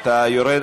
אתה יורד.